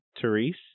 Therese